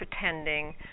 pretending